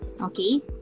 Okay